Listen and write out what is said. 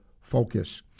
Focus